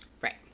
Right